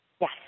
Yes